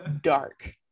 dark